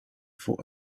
for